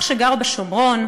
אח שגר בשומרון,